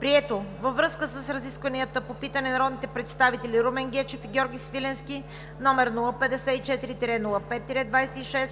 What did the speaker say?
прието във връзка с разискванията по питане от народните представители Румен Гечев и Георги Свиленски, № 054-05-26